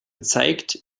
zeigt